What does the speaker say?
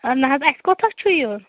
نہ حظ اَسہِ کوٚتتَھ چھُ یُن